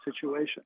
situation